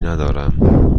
ندارم